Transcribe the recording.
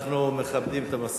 אנחנו מכבדים את המסורת.